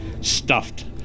stuffed